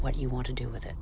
what you want to do with it